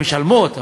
הן משלמות,